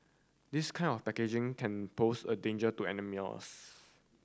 this kind of packaging can pose a danger to animals